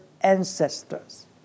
ancestors